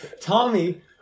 Tommy